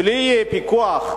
בלי פיקוח,